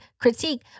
Critique